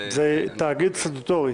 זה תאגיד סטטוטורי.